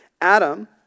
Adam